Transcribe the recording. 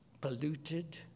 polluted